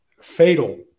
fatal